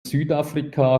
südafrika